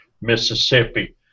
Mississippi